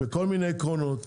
וכל מיני עקרונות.